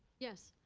yes.